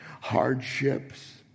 Hardships